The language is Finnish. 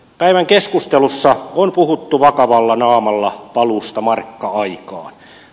päivän keskustelussa on puhuttu vakavalla naamalla paluusta markka aikaan